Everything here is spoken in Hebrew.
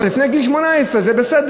אבל לפני גיל 18 זה בסדר.